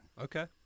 Okay